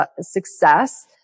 success